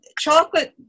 chocolate